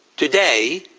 today,